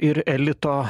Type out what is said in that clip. ir elito